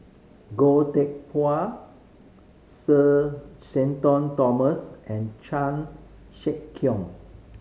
Goh Teck Phuan Sir Shenton Thomas and Chan Sek Keong